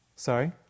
Sorry